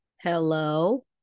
Hello